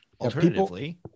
Alternatively